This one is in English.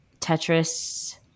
Tetris